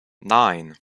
nine